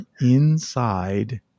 inside